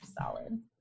Solid